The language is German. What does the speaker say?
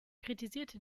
kritisierte